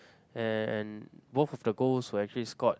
and both of the goals were actually scored